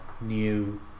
new